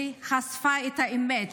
חשפה את האמת,